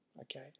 okay